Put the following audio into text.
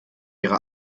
ihre